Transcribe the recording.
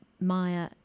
Maya